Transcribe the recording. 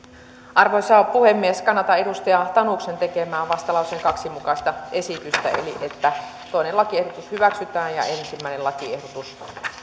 arvoisa puhemies kannatan edustaja tanuksen tekemää vastalauseen kaksi mukaista esitystä eli sitä että toinen lakiehdotus hyväksytään ja ensimmäinen lakiehdotus